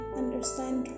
understand